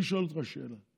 אני שואל אותך שאלה: